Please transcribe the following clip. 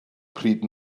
pryd